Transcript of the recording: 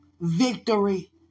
Victory